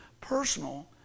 personal